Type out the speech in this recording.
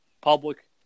public